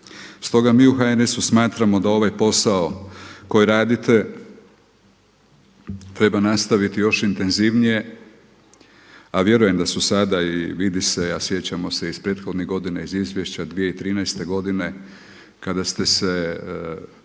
Stoga mi u HNS-u smatramo da ovaj posao koji radite treba nastaviti još intenzivnije, a vjerujem da su sada i vidi se, a sjećamo se iz prethodnih godina, iz izvješća 2013. godine kada ste se